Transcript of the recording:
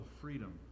freedom